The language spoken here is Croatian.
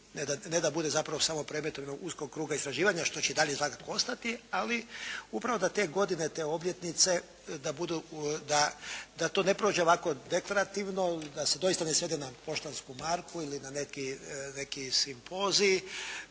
ne da bude zapravo samo predmet jednog uskog kruga istraživanja što će i dalje svakako ostati, ali upravo da te godite, te obljetnice da budu, da to ne prođe ovako deklarativno, da se doista ne svede na poštansku marku ili na neki simpozij,